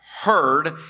heard